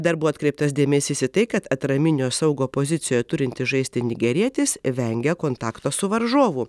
dar buvo atkreiptas dėmesys į tai kad atraminio saugo pozicijoje turintis žaisti nigerietis vengia kontakto su varžovu